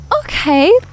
Okay